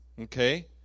Okay